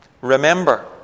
Remember